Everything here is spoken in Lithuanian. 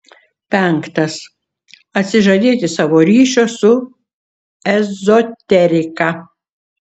penktas atsižadėti savo ryšio su ezoterika